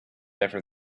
after